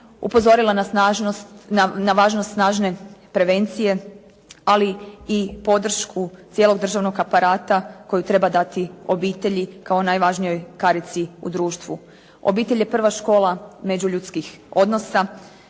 upozorila na važnost snažne prevencije ali i podršku cijelog državnog aparata koju treba dati obitelji kao najvažnijoj karici u društvu. Obitelj je prva škola međuljudskih odnosa,